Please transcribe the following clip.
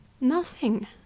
Nothing